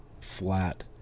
flat